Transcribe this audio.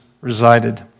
resided